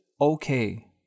okay